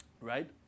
right